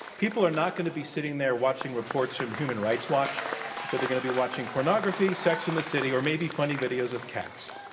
people are not going to be sitting there watching reports from human rights watch so they're going to be watching pornography, sex and the city or maybe funny videos of cats.